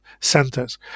centers